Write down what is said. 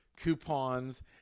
coupons